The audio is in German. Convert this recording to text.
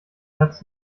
herz